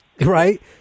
Right